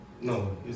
No